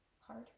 hard